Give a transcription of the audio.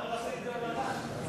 למה לא עשיתם את זה בוועדה?